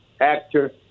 actor